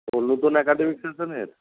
ও নতুন অ্যাকাডেমিক সেশানের